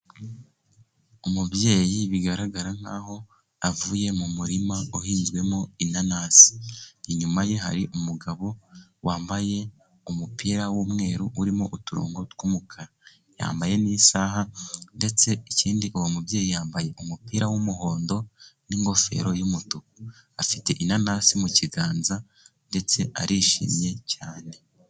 Umubyeyi bigaragara nk'aho avuye mu murima, uhinzwemo inanasi inyuma ye hari umugabo wambaye umupira w'umweru, urimo uturongo tw'umukara yambaye n'isaha ,ndetse ikindi uwo mubyeyi yambaye umupira w'umuhondo n'ingofero y'umutuku, afite inanasi mu kiganza ndetse arishimye cyane.